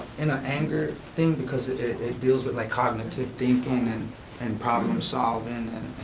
and an anger thing because it it deals with like cognitive thinking and and problem solving and,